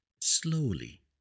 slowly